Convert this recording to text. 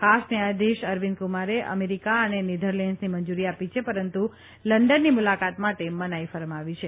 ખાસ ન્યાયાધીશ અરવિંદકુમારે અમેરિકા અને નેધરલેન્ડસની મંજૂરી આપી છે પરંતુ લંડનની મૂલાકાત માટે મનાઇ ફરમાવી છે